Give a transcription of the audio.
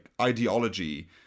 ideology